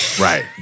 Right